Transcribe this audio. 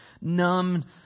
numb